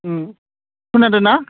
खोनादोना